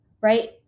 right